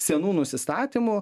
senų nusistatymų